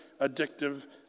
addictive